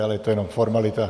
Ale to je jenom formalita.